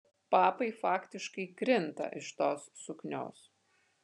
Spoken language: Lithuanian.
papai faktiškai krinta iš tos suknios